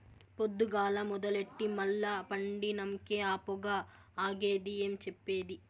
పొద్దుగాల మొదలెట్టి మల్ల పండినంకే ఆ పొగ ఆగేది ఏం చెప్పేది